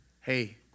hey